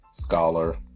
scholar